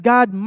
God